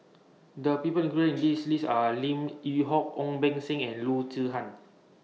The People included in list list Are Lim Yew Hock Ong Beng Seng and Loo Zihan